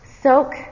Soak